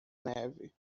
neve